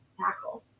tackle